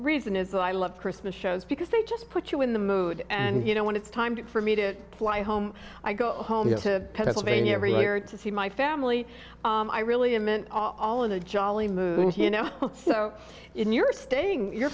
reason is that i love christmas shows because they just put you in the mood and you know when it's time to for me to fly home i go home to pennsylvania every year to see my family i really i'm an ol in a jolly mood you know so you're staying in your